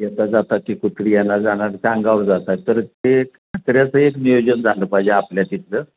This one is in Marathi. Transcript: येता जातात ती कुत्री येणाऱ्या जाणाऱ्याच्या अंगावर जातात तर ते कचऱ्याचं एक नियोजन झालं पाहिजे आपल्या तिथं